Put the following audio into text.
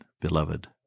beloved